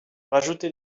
rajouter